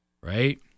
right